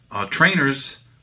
trainers